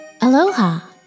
Aloha